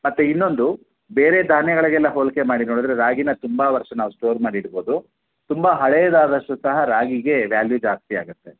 ಮತ್ತೆ ಇನ್ನೊಂದು ಬೇರೆ ಧಾನ್ಯಗಳಿಗೆಲ್ಲ ಹೋಲಿಕೆ ಮಾಡಿ ನೋಡಿದ್ರೆ ರಾಗಿನ ತುಂಬ ವರ್ಷ ನಾವು ಸ್ಟೋರ್ ಮಾಡಿ ಇಡ್ಬೋದು ತುಂಬ ಹಳೇದಾದಷ್ಟು ಸಹ ರಾಗಿಗೆ ವ್ಯಾಲ್ಯೂ ಜಾಸ್ತಿ ಆಗತ್ತೆ